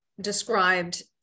described